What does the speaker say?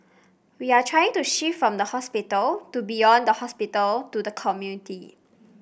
we are trying to shift from the hospital to beyond the hospital to the community